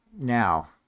now